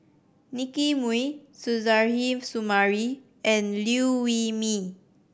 Nicky Moey Suzairhe Sumari and Liew Wee Mee